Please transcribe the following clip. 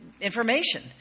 Information